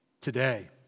today